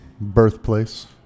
birthplace